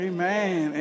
Amen